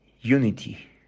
unity